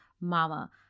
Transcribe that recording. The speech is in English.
mama